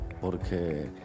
porque